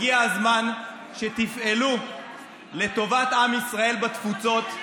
הגיע הזמן שתפעלו לטובת עם ישראל בתפוצות,